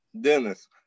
Dennis